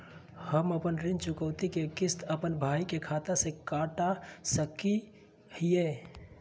हम अपन ऋण चुकौती के किस्त, अपन भाई के खाता से कटा सकई हियई?